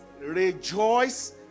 rejoice